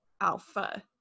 Alpha